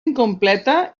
incompleta